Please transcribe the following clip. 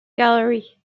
gallery